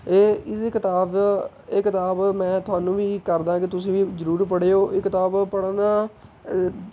ਇਹ ਇਸ ਕਿਤਾਬ ਇਹ ਕਿਤਾਬ ਮੈਂ ਤੁਹਾਨੂੰ ਵੀ ਕਰਦਾ ਕਿ ਤੁਸੀਂ ਵੀ ਜਰੂਰ ਪੜ੍ਹਿਓ ਇਹ ਕਿਤਾਬ ਪੜ੍ਹਨ